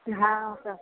हाँस